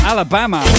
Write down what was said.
Alabama